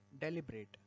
deliberate